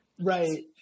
right